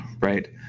right